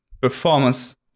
performance